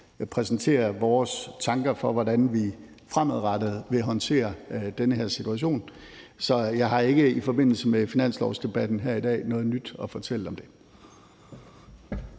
præsentere vores tanker om, hvordan vi fremadrettet vil håndtere den her situation. Så jeg har ikke i forbindelse med finanslovsdebatten her i dag noget nyt at fortælle om det.